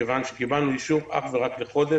מכיוון שקיבלנו אישור אך ורק לחודש.